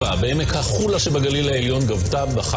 ב-זום.